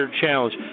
Challenge